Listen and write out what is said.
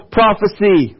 prophecy